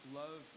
love